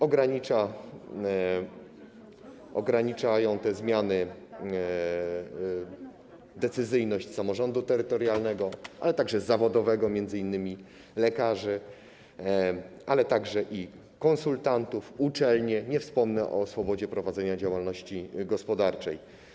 Ograniczają te zmiany decyzyjność samorządu terytorialnego, także zawodowego, m.in. lekarzy, ale także konsultantów, uczelnie, nie wspomnę o swobodzie prowadzenia działalności gospodarczej.